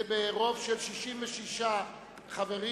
27 נגד,